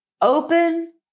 open